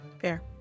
Fair